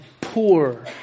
poor